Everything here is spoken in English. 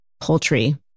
poultry